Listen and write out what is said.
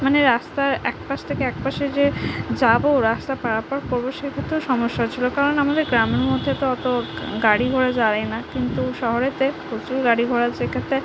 মানে রাস্তার এক পাশ থেকে এক পাশে যে যাবো রাস্তা পারাপার করবো সেক্ষেত্রেও সমস্যা হচ্ছিল কারণ আমাদের গ্রামের মধ্যে তো অত গাড়ি ঘোড়া যায় না কিন্তু শহরেতে প্রচুর গাড়ি ঘোড়া যেখানে